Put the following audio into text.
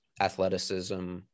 athleticism